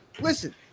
listen